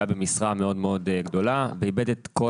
הוא היה במשרה מאוד מאוד בכירה ואיבד את כל